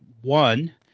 One